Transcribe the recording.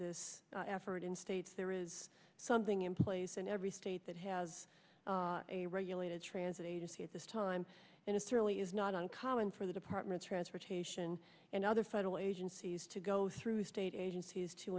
this effort in states there is something in place in every state that has a regulated transit agency at this time and it certainly is not uncommon for the department transportation and other federal agencies to go through state agencies to